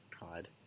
God